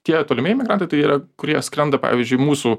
tie tolimieji migrantai tai yra kurie skrenda pavyzdžiui mūsų